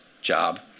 job